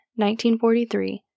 1943